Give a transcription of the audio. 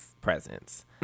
presents